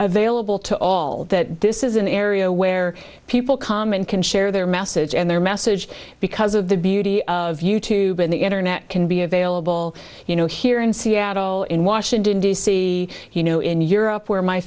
available to all that this is an area where people come and can share their message and their message because of the beauty of you tube and the internet can be available you know here in seattle in washington d c you know in europe